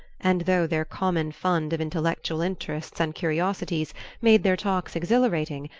and though their common fund of intellectual interests and curiosities made their talks exhilarating,